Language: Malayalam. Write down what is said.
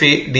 P D